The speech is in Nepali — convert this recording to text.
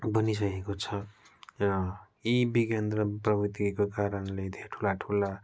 बनिसकेको छ र यी विज्ञान र प्रविधिको कारणले धेर ठुला ठुला